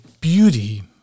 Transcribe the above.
beauty